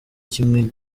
kimwe